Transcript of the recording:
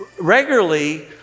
regularly